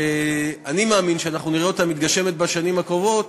שאני מאמין שאנחנו נראה אותה מתגשמת בשנים הקרובות,